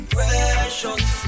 Precious